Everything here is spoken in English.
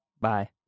Bye